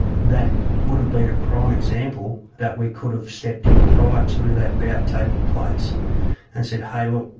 that would have been a prime example that we could have stepped in prior to that bout taking place and said, hey, look,